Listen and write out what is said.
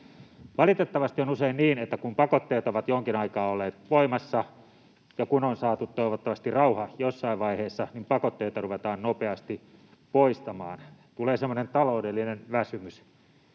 Valitettavasti on usein niin, että kun pakotteet ovat jonkin aikaa olleet voimassa ja kun on saatu toivottavasti rauha jossain vaiheessa, niin pakotteita ruvetaan nopeasti poistamaan, tulee semmoinen taloudellinen väsymys.